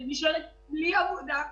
אני נשארת בלי עבודה,